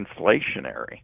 inflationary